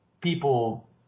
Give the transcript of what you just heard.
people